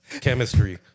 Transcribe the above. chemistry